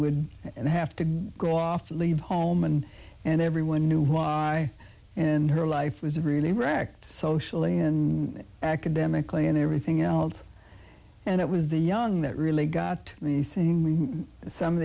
would have to go off to leave home and and everyone knew why and her life was really wrecked socially and academically and everything else and it was the young that really got me saying leave some of